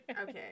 Okay